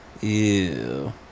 Ew